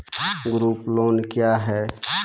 Group loan क्या है?